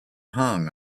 hung